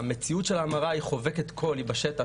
המציאות של ההמרה היא חובקת כל והיא בשטח,